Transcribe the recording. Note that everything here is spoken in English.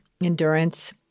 Endurance